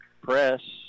Press